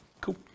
Cool